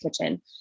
kitchen